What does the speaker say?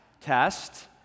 test